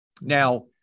Now